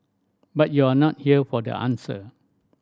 but you're not here for the answer